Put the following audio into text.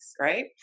right